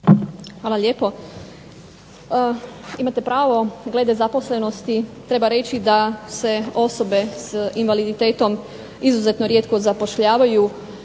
Hvala lijepo. Imate pravo glede zaposlenosti. Treba reći da se osobe s invaliditetom izuzetno rijetko zapošljavaju.